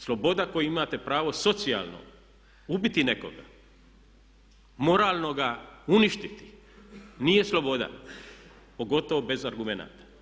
Sloboda koju imate pravo socijalno ubiti nekoga, moralno ga uništiti nije sloboda pogotovo bez argumenata.